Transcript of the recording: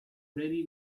ready